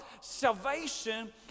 salvation